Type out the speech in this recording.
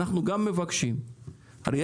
הרי,